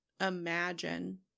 imagine